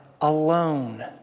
alone